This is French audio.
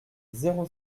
zéro